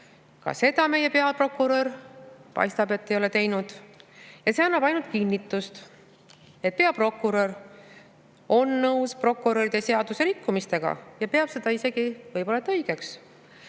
Ka seda meie peaprokurör, paistab, ei ole teinud. See annab ainult kinnitust, et peaprokurör on nõus prokuröride seadusrikkumistega ja peab seda võib-olla isegi